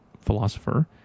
philosopher